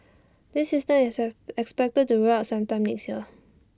this system is expected to be rolled out sometime next year